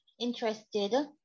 interested